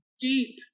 deep